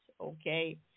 Okay